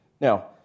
Now